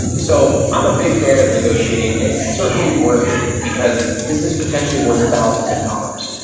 so i'm a big fan of negotiating and it's certainly worth it because this is potentially worth thousands of dollars.